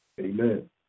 Amen